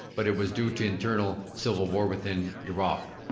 but it was due to internal civil war within iraq.